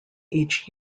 each